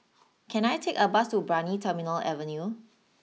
can I take a bus to Brani Terminal Avenue